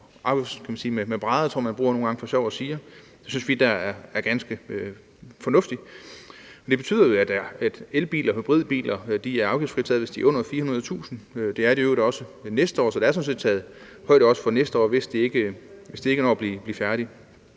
verden med brædder, tror jeg man nogle gange siger for sjov, og det synes vi da er ganske fornuftigt. Men det betyder jo, at elbiler og hybridbiler er afgiftsfritaget, hvis de er under 400.000 kr. Det er de i øvrigt også næste år, så der er sådan set taget højde også for næste år, hvis det ikke når at blive færdigt.